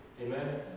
Amen